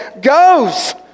goes